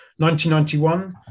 1991